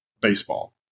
baseball